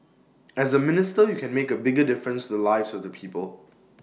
as A minister you can make A bigger difference to the lives of the people